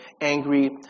angry